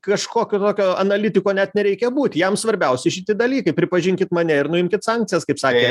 kažkokio tokio analitiko net nereikia būt jam svarbiausi šitie dalykai pripažinkit mane ir nuimkit sankcijas kaip sakė